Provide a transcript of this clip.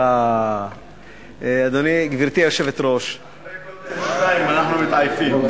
אחרי "קוטג'", שניים, אנחנו מתעייפים.